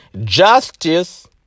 justice